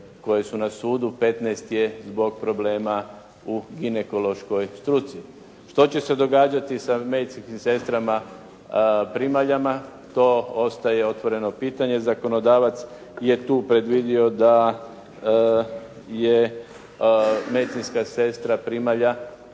koje su na sudu, 15 je zbog problema u ginekološkoj struci. Što će se događati sa medicinskim sestrama primaljama, to ostaje otvoreno pitanje, zakonodavac je tu predvidio da je medicinska sestra primalja,